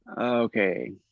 Okay